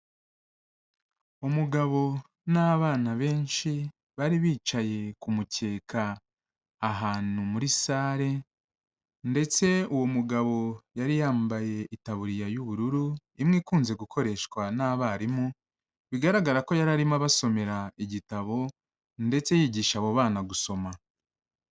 Umugabo n'abana benshi bari bicaye ku mukeka ahantu muri salle, ndetse uwo mugabo yari yambaye itaburiya y'ubururu, imwe ikunze gukoreshwa n'abarimu, bigaragara ko yari arimo abasomera igitabo ndetse yigisha abo bana gusoma.